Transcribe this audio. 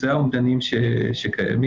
וזה האומדנים שקיימים.